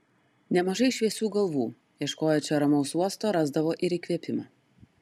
nemažai šviesių galvų ieškoję čia ramaus uosto rasdavo ir įkvėpimą